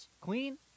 Queen